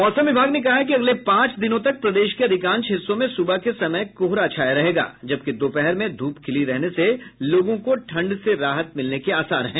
मौसम विभाग ने कहा है कि अगले पांच दिनों तक प्रदेश के अधिकांश हिस्सों में सुबह के समय कोहरा छाया रहेगा जबकि दोपहर में धूप खिली रहने से लोगों को ठंड से राहत मिलने के आसार हैं